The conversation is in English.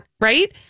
Right